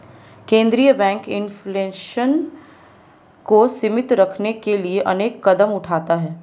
केंद्रीय bank inflation को सीमित रखने के लिए अनेक कदम उठाता है